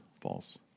false